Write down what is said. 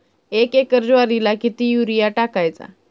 एक एकर ज्वारीला किती युरिया टाकायचा?